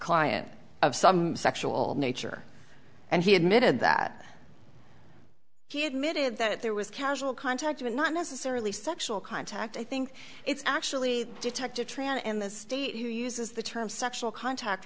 client of some sexual nature and he admitted that he admitted that there was casual contact with not necessarily sexual contact i think it's actually the detective tran in the state who uses the term sexual contact